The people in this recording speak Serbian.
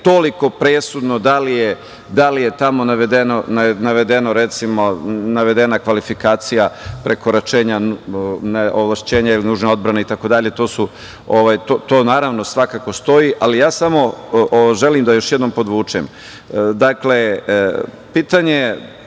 toliko presudno da li je tamo navedena kvalifikacija prekoračenja ovlašćenja ili nužne odbrane itd. To naravno svakako stoji, ali ja samo želim da još jednom podvučem.